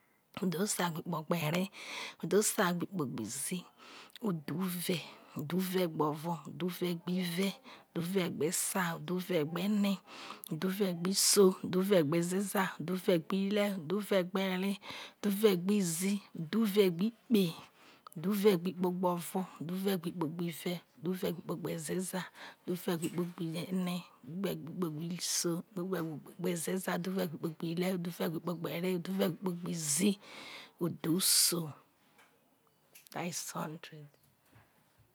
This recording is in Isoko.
Udhe esa gbe ikpe gbe eree udhe esa gbe ikpe gbe izii udhe ive gbe ive gbe ene udhe ive gbe iso udhe ive gbe ezeza udhe gbe eree udhe ive gbe izii udhe gbo ikpe gbe ovo udhe ive gbo ikpe gbe esa udhe ive gbe ikpe gbo ezeza udhe ive ikpe gbo ene udhe me gbe ikpe gbe ezeza udhe ive gbe ikpe ghe eree udhe ive gbe ikpe gbe izii udhe iso that is hundred